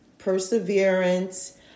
Perseverance